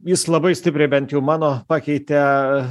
jis labai stipriai bent jau mano pakeitė